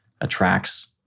attracts